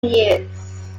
years